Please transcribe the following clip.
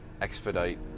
expedite